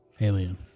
alien